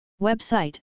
Website